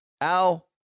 Al